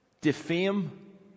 defame